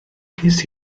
ges